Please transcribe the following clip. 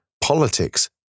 politics